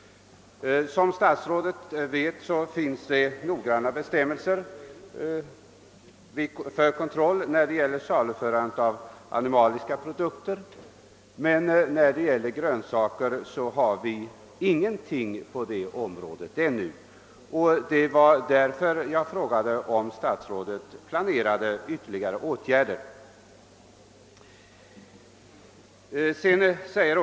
Som statsrådet vet finns det noggranna bestämmelser angående kontroll vid saluförandet av animaliska produkter. I fråga om grönsaker finns det ännu inga motsvarande bestämmelser. Detta är anledningen till att jag frågat, huruvida statsrådet planerar några åtgärder på fruktoch grönsaksområdet.